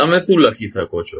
તમે શું લખી શકો છો